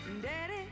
Daddy